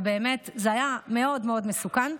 וזה היה מאוד מסוכן.